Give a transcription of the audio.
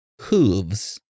hooves